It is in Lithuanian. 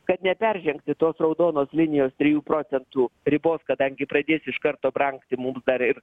kad neperžengti tos raudonos linijos trijų procentų ribos kadangi pradės iš karto brangti mums dar ir